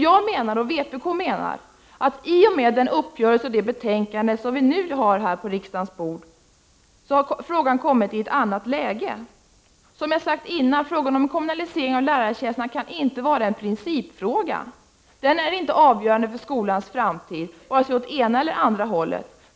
Vi i vpk anser att i och med den uppgörelse som träffats och det betänkande som vi nu skall ta ställning till har frågan kommit i ett annat läge. Som jag sagt tidigare kan frågan om kommunalisering av lärartjänsterna inte betraktas som en principfråga. Den är inte avgörande för skolans framtid, vare sig i den ena eller andra riktningen.